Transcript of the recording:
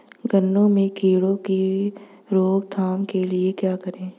गन्ने में कीड़ों की रोक थाम के लिये क्या करें?